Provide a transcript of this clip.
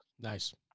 Nice